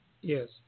Yes